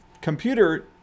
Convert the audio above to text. computer